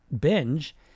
binge